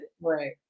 Right